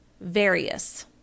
Various